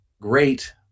great